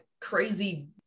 crazy